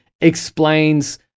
explains